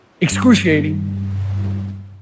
excruciating